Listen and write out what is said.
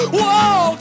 Whoa